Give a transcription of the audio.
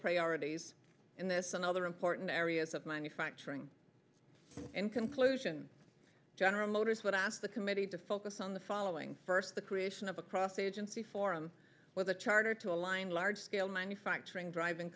priorities in this and other important areas of manufacturing in conclusion general motors would ask the committee to focus on the following first the creation of a cross agency forum with a charter to align large scale manufacturing driv